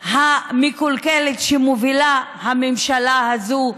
המקולקלת שמובילה הממשלה הזו?